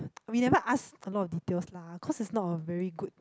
we never ask a lot of details lah cause is not a very good